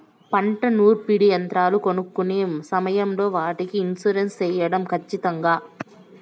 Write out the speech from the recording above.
పంట నూర్పిడి యంత్రాలు కొనుక్కొనే సమయం లో వాటికి ఇన్సూరెన్సు సేయడం ఖచ్చితంగా?